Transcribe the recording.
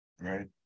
Right